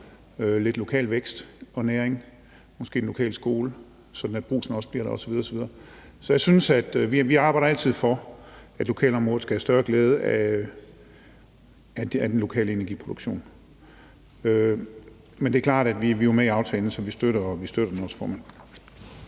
lidt lokal vækst og næring – måske den lokale skole, sådan at brugsen også bliver der osv. osv. Så vi arbejder altid for, at lokalområdet skal have større glæde af den lokale energiproduktion. Og det er klart, at vi jo er med i aftalen, så vi støtter den også, formand.